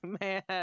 Man